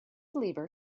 lever